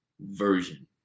version